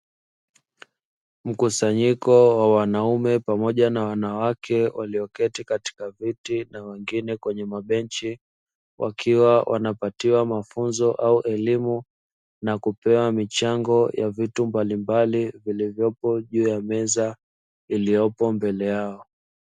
Mkusanyiko wa wanaume pamoja na wanawake walio keti katika viti na wengine kwenye mabenchi, wakiwa wana patiwa mafunzo au elimu na kupewa michango ya vitu mbalimbali vilivyopo juu ya meza iliyopo mbele yao.